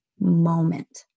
moment